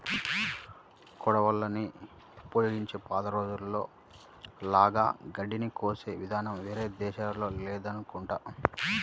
కొడవళ్ళని ఉపయోగించి పాత రోజుల్లో లాగా గడ్డిని కోసే ఇదానం వేరే దేశాల్లో లేదనుకుంటా